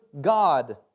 God